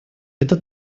это